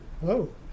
Hello